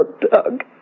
Doug